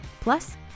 plus